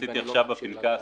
שעשיתי עכשיו בפנקס